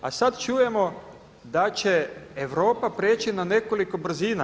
A sad čujemo da će Europa prijeći na nekoliko brzina.